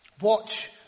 Watch